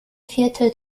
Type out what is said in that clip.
viertel